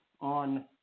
on